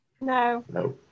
No